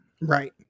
Right